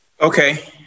Okay